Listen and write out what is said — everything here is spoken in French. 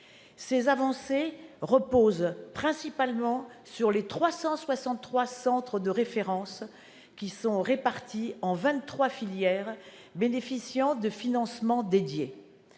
Ces avancées reposent principalement sur 363 centres de référence, répartis en 23 filières, bénéficiant de financements dédiés.